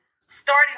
starting